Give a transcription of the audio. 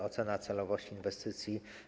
Ocena celowości inwestycji.